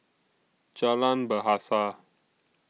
Jalan Bahasa